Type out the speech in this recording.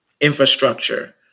infrastructure